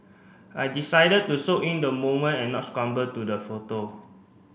I decided to soak in the moment and not scramble to the photo